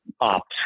opt